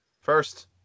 First